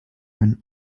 when